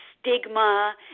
stigma